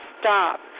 stop